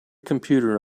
computer